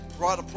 right